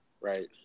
Right